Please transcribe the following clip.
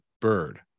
bird